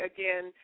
Again